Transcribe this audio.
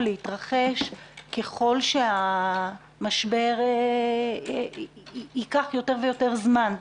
להתרחש ככל שהמשבר ייקח יותר ויותר זמן.